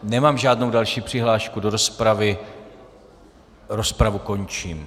Nemám žádnou další přihlášku do rozpravy, rozpravu končím.